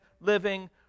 living